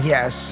Yes